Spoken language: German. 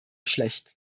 schlecht